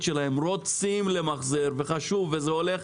שלהם רוצים למחזור וזה חשוב להם,